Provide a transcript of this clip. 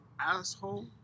asshole